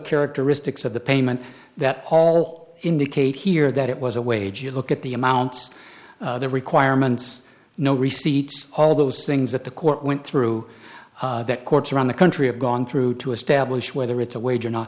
characteristics of the payment that all indicate here that it was a wage you look at the amounts the requirements no receipt all those things that the court went through that courts around the country have gone through to establish whether it's a wage or not